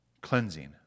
cleansing